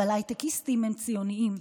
אבל ההייטקיסטים הם ציונים.